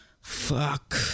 Fuck